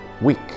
Week